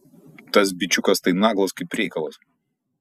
tas bičiukas tai naglas kaip reikalas